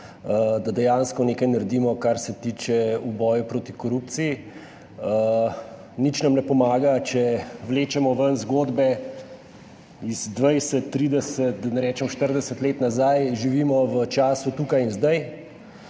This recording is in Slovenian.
da dejansko nekaj naredimo, kar se tiče v boju proti korupciji. Nič nam ne pomaga, če vlečemo ven zgodbe iz 20, 30, da ne rečem 40 let nazaj, živimo v času tukaj in zdaj.